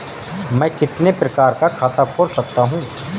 मैं कितने प्रकार का खाता खोल सकता हूँ?